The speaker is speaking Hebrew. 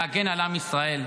להגן על עם ישראל.